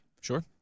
sure